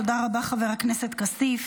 תודה רבה, חבר הכנסת כסיף.